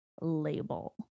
label